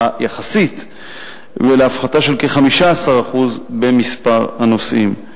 יחסית ולהפחתה של כ-15% במספר הנוסעים.